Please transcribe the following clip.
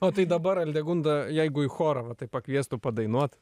o tai dabar aldegunda jeigu į chorą va taip pakviestų padainuot